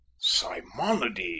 Simonides